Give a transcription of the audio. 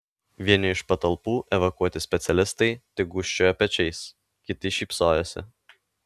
vieni iš patalpų evakuoti specialistai tik gūžčiojo pečiais kiti šypsojosi